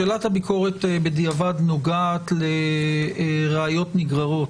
שאלת הביקורת בדיעבד נוגעת לראיות נגררות,